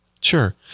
Sure